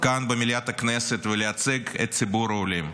במליאת הכנסת, ולייצג את ציבור העולים.